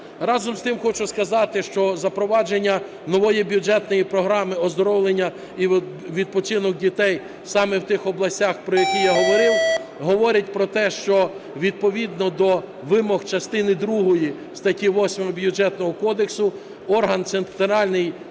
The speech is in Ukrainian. Разом з тим хочу сказати, що запровадження нової бюджетної програми "Оздоровлення і відпочинок дітей" саме в тих областях, про які я говорив, говорить про те, що відповідно до вимог частини другої статті 8 Бюджетного кодексу орган центральної